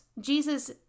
Jesus